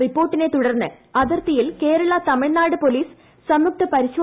റിപ്പോർട്ടിനെ തുടർന്ന് അതിർത്തിയിൽ കേരള തമിഴ്നാട് പോലീസ് സംയുക്ത പരിശോധന നടത്തുന്നു